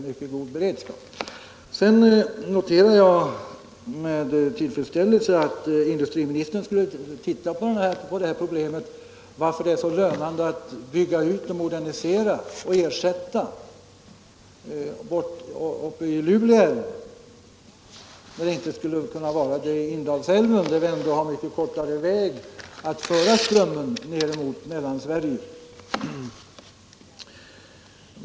Sedan noterar jag med tillfredsställelse att industriministern skulle titta på det här problemet — varför det är så lönande att bygga ut, modernisera och ersätta uppe vid Lule älv när det inte skulle kunna vara det vid Indalsälven, där det ändå är mycket kortare väg att föra strömmen ned mot Mellansverige.